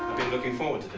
looking forward